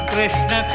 Krishna